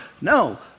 No